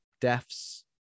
deaths